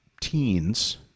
teens